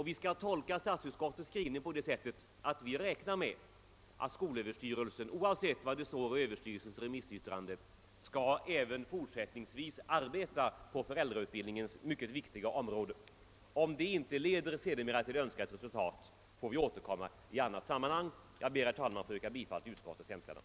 Vi skall tolka statsutskottets skrivning så, att man räknar med att skolöverstyrelsen, oavsett vad som sägs i överstyrelsens remissyttrande, även fortsättningsvis skall arbeta på föräldrautbildningens mycket viktiga om råde. Om detta sedermera inte leder till önskat resultat, får vi återkomma. Jag ber, herr talman, att få yrka bifall till utskottets hemställan.